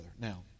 Now